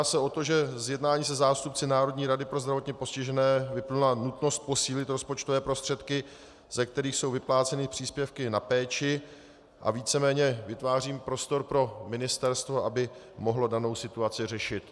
Jedná se o to, že z jednání se zástupci Národní rady pro zdravotně postižené vyplynula nutnost posílit rozpočtové prostředky, ze kterých jsou vypláceny příspěvky na péči, a víceméně vytvářím prostor pro ministerstvo, aby mohlo danou situaci řešit.